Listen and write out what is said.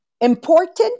important